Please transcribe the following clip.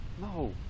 No